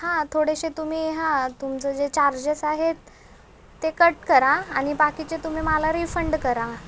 हां थोडेसे तुम्ही हां तुमचे जे चार्जेस आहेत ते कट करा आणि बाकीचे तुम्ही मला रिफंड करा